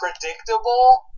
predictable